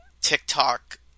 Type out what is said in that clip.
TikTok